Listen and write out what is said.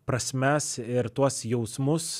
prasmes ir tuos jausmus